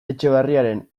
etxebarriaren